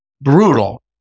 brutal